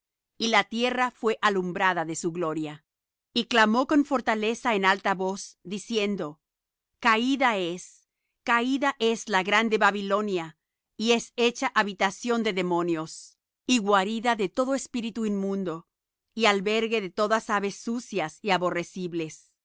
y la tierra fué alumbrada de su gloria y clamó con fortaleza en alta voz diciendo caída es caída es la grande babilonia y es hecha habitación de demonios y guarida de todo espíritu inmundo y albergue de todas aves sucias y aborrecibles